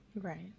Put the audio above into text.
Right